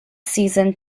season